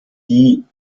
die